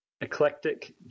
eclectic